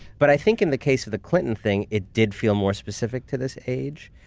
but i think in the case of the clinton thing, it did feel more specific to this age.